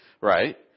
right